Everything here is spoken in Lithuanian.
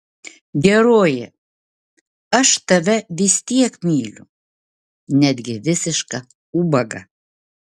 geroji aš tave vis tiek myliu netgi visišką ubagą